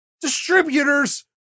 distributors